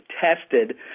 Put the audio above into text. tested